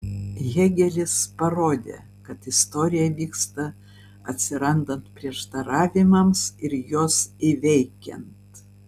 hėgelis parodė kad istorija vyksta atsirandant prieštaravimams ir juos įveikiant